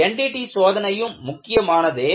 NDT சோதனையும் முக்கியமானதே